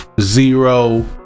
Zero